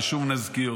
ושוב נזכיר,